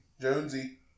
Jonesy